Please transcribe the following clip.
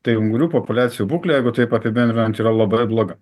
tai ungurių populiacijų būklė jeigu taip apibendrinant yra labai bloga